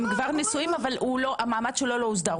הם כבר נשואים, אבל המעמד שלו לא הוסדר.